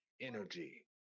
energy